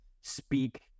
speak